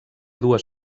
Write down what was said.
dues